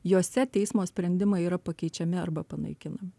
jose teismo sprendimai yra pakeičiami arba panaikinami